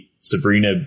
Sabrina